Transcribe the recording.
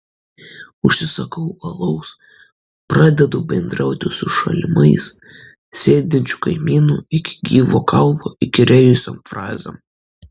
užsisakau alaus pradedu bendrauti su šalimais sėdinčiu kaimynu iki gyvo kaulo įkyrėjusiom frazėm